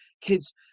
kids